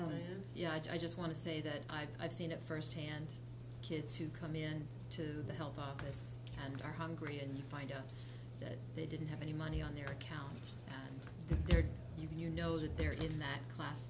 oh yeah yeah i just want to say that i've seen it firsthand kids who come in to the health office and are hungry and you find out that they didn't have any money on their account and there you can you know that they're in that class